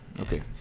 okay